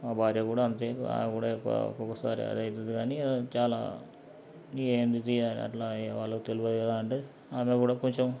మా భార్య కూడా అంతే ఆమె కూడా ఒక్కక్కసారీ అవుతుంది గానీ చాలా ఏంటి ఇది అట్లా ఏం తెల్వదా అంటే ఆమె కూడా కొంచెం